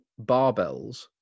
barbells